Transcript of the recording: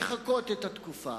לחכות את התקופה.